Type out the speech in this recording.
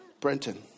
Brenton